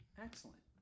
Excellent